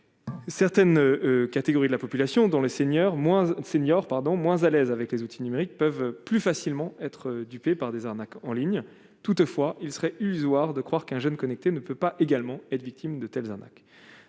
Certaines catégories de la population dans les seigneurs moi senior, pardon, moins à l'aise avec les outils numériques peuvent plus facilement être dupés par des arnaques en ligne, toutefois, il serait illusoire de croire qu'un jeune connectés, ne peut pas également être victimes de telles attaques